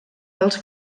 dels